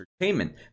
entertainment